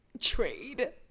Trade